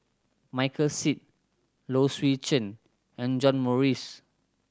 Michael Seet Low Swee Chen and John Morrice